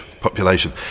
population